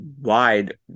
wide